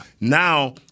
Now